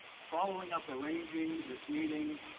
follow-up arranging this meeting